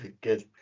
Good